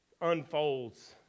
unfolds